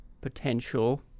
potential